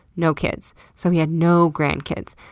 no kids. so he had no grandkids.